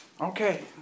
Okay